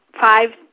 five